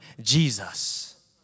Jesus